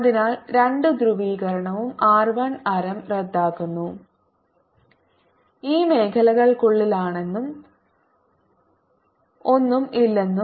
അതിനാൽ രണ്ട് ധ്രുവീകരണവും R 1 ആരം റദ്ദാക്കുന്ന ഈ മേഖലകൾക്കുള്ളിലാണെന്നും ഒന്നും ഇല്ലെന്നും